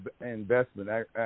investment